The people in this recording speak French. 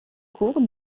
cours